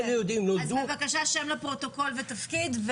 אז בבקשה שם לפרוטוקול ותפקיד.